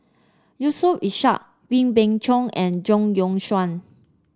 Yusof Ishak Wee Beng Chong and Zhang Youshuo